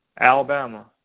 Alabama